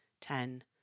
ten